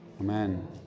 amen